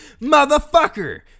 Motherfucker